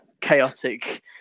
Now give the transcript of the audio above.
chaotic